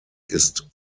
ist